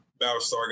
Battlestar